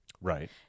Right